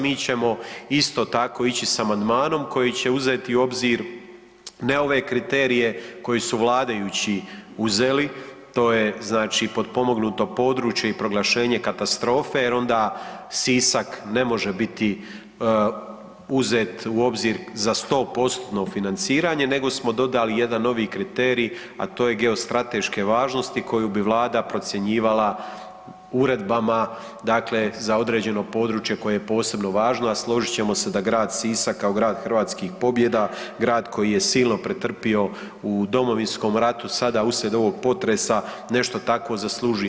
Mi ćemo isto tako ići sa amandmanom koji će uzeti u obzir ne ove kriterije koje su vladajući uzeli, to je znači potpomognuto područje i proglašenje katastrofe jer onda Sisak ne može biti, uzet u obzir za 100%-tno financiranje nego smo dodali jedan novi kriterij, a to je od geostrateške važnosti koju bi vlada procjenjivala uredbama, dakle za određeno područje koje je posebno važno, a složit ćemo se da grad Sisak kao grad hrvatskih pobjeda, grad koji je silno pretrpio u Domovinskom ratu, sada uslijed ovog potresa, nešto takvo zaslužuje.